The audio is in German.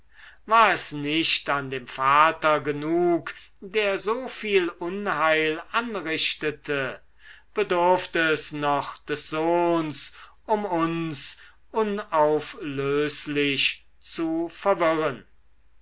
war es nicht an dem vater genug der so viel unheil anrichtete bedurft es noch des sohns um uns unauflöslich zu verwirren